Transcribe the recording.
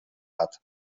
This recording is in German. hat